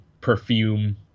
perfume